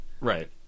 Right